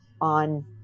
on